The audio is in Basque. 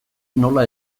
nola